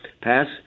pass